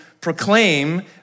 proclaim